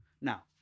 Now